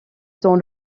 dans